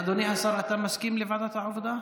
אדוני השר, אתה מסכים לוועדת העבודה?